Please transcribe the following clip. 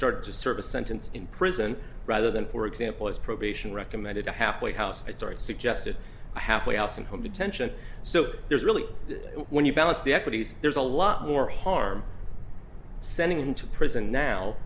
started to serve a sentence in prison rather than for example his probation recommended a halfway house suggested a halfway house and home detention so there's really when you balance the equities there's a lot more harm sending him to prison now